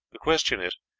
the question is,